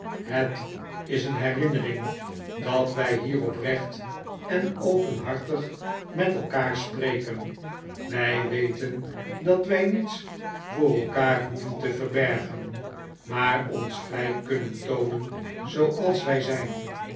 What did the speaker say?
het is een herinnering dat wij hier oprecht en openhartig met elkaar spreken wij weten dat wij niets voor elkaar hoeven te verbergen maar ons vrij kunnen toonen zooals wij zijn